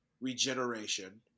regeneration